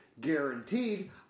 guaranteed